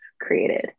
created